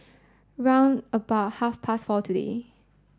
round about half past four today